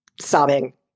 sobbing